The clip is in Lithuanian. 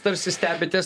tarsi stebitės